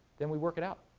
then we work it out.